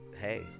Hey